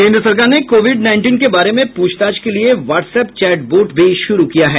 केंद्र सरकार ने कोविड नाईंटीन के बारे में पूछताछ के लिए व्हाट्सएप चैट बोट भी शुरू किया है